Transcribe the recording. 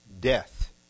death